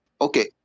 Okay